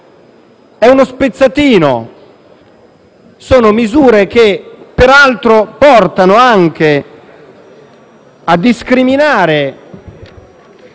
È uno spezzatino. Sono misure che, peraltro, portano anche a discriminare